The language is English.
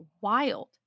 wild